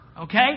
Okay